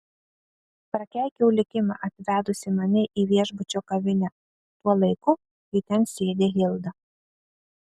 prakeikiau likimą atvedusį mane į viešbučio kavinę tuo laiku kai ten sėdi hilda